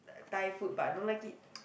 thai food but I don't like it